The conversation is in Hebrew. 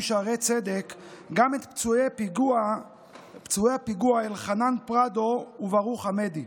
שערי צדק גם את פצועי הפיגוע אלחנן פרדו וברוך עמדי.